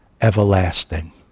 everlasting